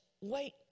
wait